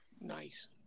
Nice